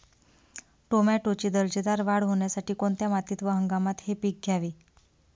टोमॅटोची दर्जेदार वाढ होण्यासाठी कोणत्या मातीत व हंगामात हे पीक घ्यावे?